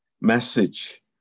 message